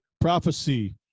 prophecy